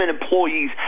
employees